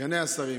סגני השרים,